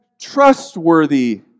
trustworthy